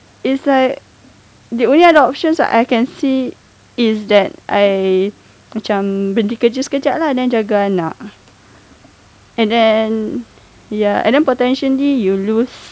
it's like the only other options I can see is that I macam berhenti kerja sekejap lah jaga anak and then ya and then potentially you lose